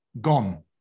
gone